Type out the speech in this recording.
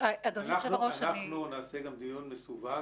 אנחנו נקיים גם דיון מסווג